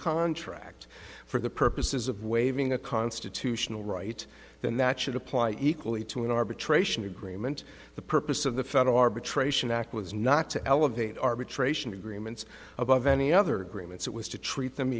contract for the purposes of waiving a constitutional right then that should apply equally to an arbitration agreement the purpose of the federal arbitration act was not to elevate arbitration agreements above any other grievance it was to treat them